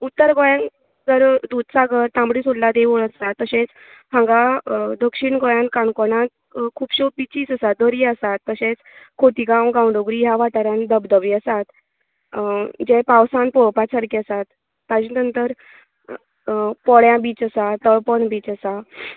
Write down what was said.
उत्तर गोंयांत सर दूद सागर तांबडी सुर्ला देवूळ आसा तशेंच हांगा दक्षीण गोंयांत काणकोणांत खुबश्यो बीचीज आसात दर्या आसात तशेंच खोतीगांव गांवडोंगरी ह्या वाठारांत धबधबे आसात पावसान पळोवपा सारके आसात ताजे नंतर पोळ्यां बीच आसा तळपण बीच आसा